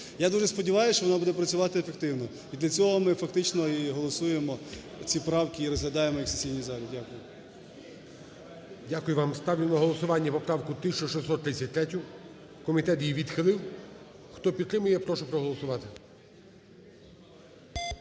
Я дуже сподіваюсь, що вона буде працювати ефективно, і для цього ми фактично і голосуємо ці правки, і розглядаємо їх в сесійній залі. Дякую. ГОЛОВУЮЧИЙ. Дякую вам. Ставлю на голосування поправку 1633-ю. Комітет її відхилив. Хто підтримує, прошу проголосувати.